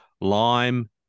Lime